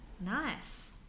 nice